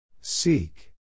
Seek